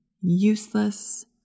useless